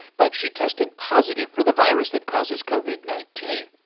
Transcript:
but she tested positive for the virus that causes covid nineteen.